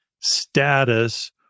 status